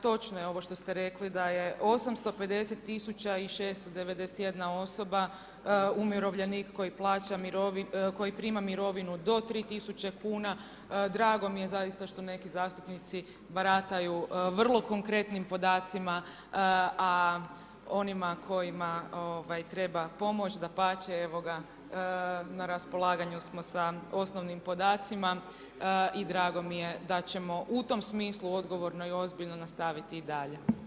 Točno je ovo što ste rekli da je 850.691 osoba umirovljenik koji prima mirovinu do 3000 kuna, drago mi je zaista što neki zastupnici barataju vrlo konkretnim podacima, a onima kojima treba pomoć dapače na raspolaganju smo sa osnovnim podacima i drago mi je da ćemo u tom smislu odgovorno i ozbiljno nastaviti i dalje.